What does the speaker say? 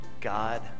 God